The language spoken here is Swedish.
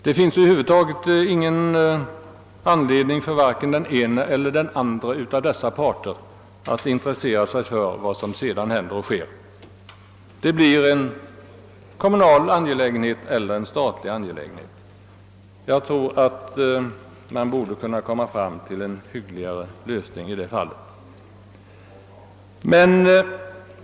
Det finns över huvud taget ingen anledning för någondera av dessa parter att intressera sig för vad som sedan händer; det blir en kommunal eller en statlig angelägenhet. Man borde kunna åstadkomma en bättre lösning i detta avseende.